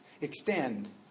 extend